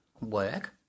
work